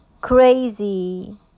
crazy